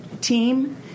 team